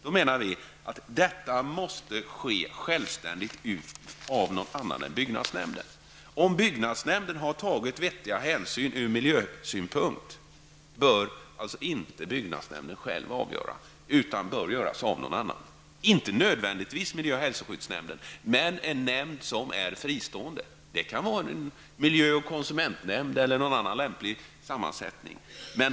Vi menar att detta måste ske självständigt, någon annan än byggnadsnämnden måste avgöra om byggnadsnämnden har tagit vettiga hänsyn ur miljösynpunkt. Det bör alltså inte byggnadsnämnden själv avgöra, utan det bör göras av någon annan, inte nödvändigtvis miljö och hälsoskyddsnämnden, men det bör vara en nämnd som är fristående. Det kan vara en miljö och konsumentnämnd eller någon annan lämplig sammansättning.